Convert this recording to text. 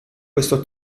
questo